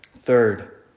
Third